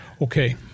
Okay